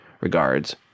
Regards